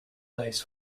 eyes